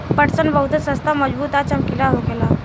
पटसन बहुते सस्ता मजबूत आ चमकीला होखेला